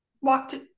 walked